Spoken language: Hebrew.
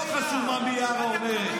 לא חשוב מה מיארה אומרת.